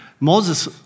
Moses